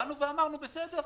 אמרנו: בסדר,